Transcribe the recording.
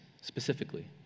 specifically